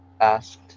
asked